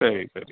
சரி சரி